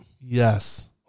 Yes